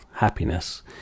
happiness